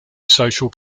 social